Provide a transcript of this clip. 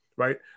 Right